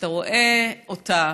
וכשאתה רואה אותה,